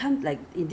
they have also